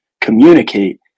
communicate